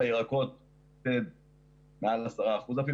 בירקות מעל 10 אחוזים.